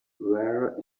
were